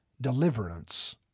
deliverance